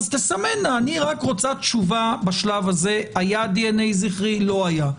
תסמנה: אני רוצה בשלב הזה תשובה האם היה דנ"א זכרי או לא היה,